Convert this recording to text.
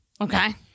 Okay